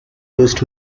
used